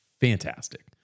Fantastic